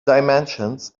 dimensions